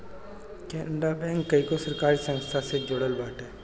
Canara bank कईगो सरकारी संस्था से जुड़ल बाटे